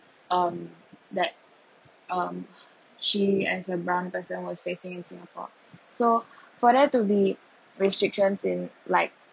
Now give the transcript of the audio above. um that um she as a brown person was facing in singapore so for there to be restriction in like